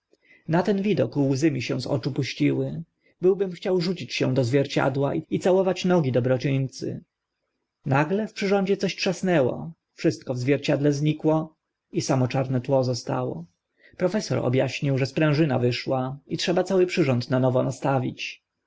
na ten widok łzy mi się z oczu puściły byłbym chciał rzucić się do zwierciadła i całować nogi dobroczyńcy nagle w przyrządzie coś trzasnęło wszystko w zwierciedle znikło i samo czarne tło zostało profesor ob aśnił że sprężyna wyszła i trzeba cały przyrząd na nowo nastawić